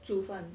煮饭